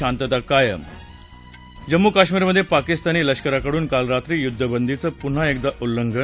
शांतता कायम जम्मू कश्मीरमधे पाकिस्तानी लष्कराकडून काल रात्री युद्धबंदीचं पुन्हा उल्लंघन